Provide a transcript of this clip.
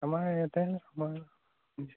আমাৰ ইয়াতে আমাৰ